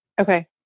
Okay